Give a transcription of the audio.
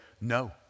no